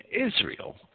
Israel